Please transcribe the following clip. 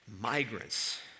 migrants